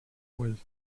was